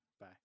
Bye